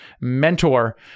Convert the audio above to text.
mentor